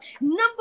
Number